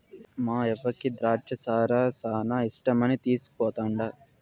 మాయవ్వకి ద్రాచ్చ సారా శానా ఇష్టమని తీస్కుపోతండా